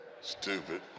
stupid